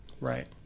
Right